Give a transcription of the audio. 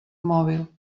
mòbil